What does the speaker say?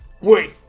Wait